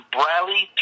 bradley